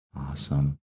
Awesome